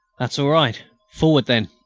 that's all right. forward then!